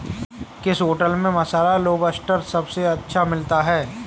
किस होटल में मसाला लोबस्टर सबसे अच्छा मिलता है?